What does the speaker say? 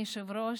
אדוני היושב-ראש,